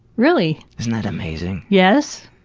really. isn't that amazing? yes.